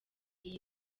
iyi